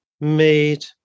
made